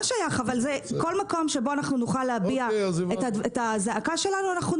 לא שייך אבל כל מקום שבו נוכל להביע את הזעקה שלנו,